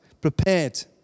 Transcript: prepared